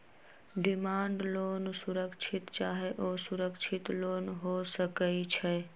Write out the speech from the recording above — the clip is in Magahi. डिमांड लोन सुरक्षित चाहे असुरक्षित लोन हो सकइ छै